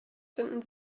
finden